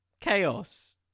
chaos